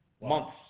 Months